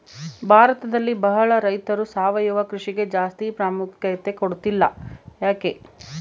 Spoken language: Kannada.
ಭಾರತದಲ್ಲಿ ಬಹಳ ರೈತರು ಸಾವಯವ ಕೃಷಿಗೆ ಜಾಸ್ತಿ ಪ್ರಾಮುಖ್ಯತೆ ಕೊಡ್ತಿಲ್ಲ ಯಾಕೆ?